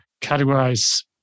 categorize